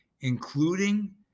including